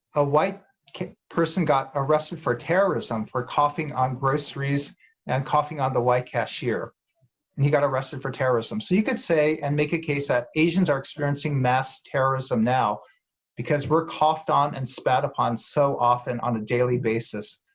a white person got arrested for terrorism for coughing on groceries and coughing on the white cashier, and he got arrested for terrorism, so you could say and make a case that asians are experiencing mass terrorism now because we're coughed on and spat upon so often on a daily basis